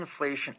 inflation